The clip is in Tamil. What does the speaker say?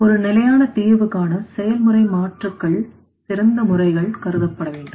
ஒரு நிலையான தீர்வு காண செயல்முறை மாற்றுக்கள் சிறந்த முறைகள் கருதப்பட வேண்டும்